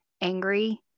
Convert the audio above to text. angry